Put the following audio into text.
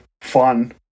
fun